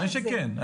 בוודאי שכן.